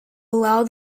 allow